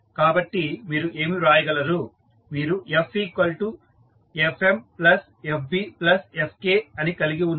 కాబట్టి మీరు ఏమి వ్రాయగలరు మీరు FFmFbFk అని కలిగి ఉన్నారు